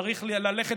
צריך ללכת